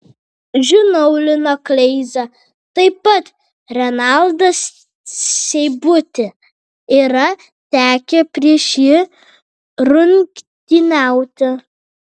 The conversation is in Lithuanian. žinau liną kleizą taip pat renaldą seibutį yra tekę prieš jį rungtyniauti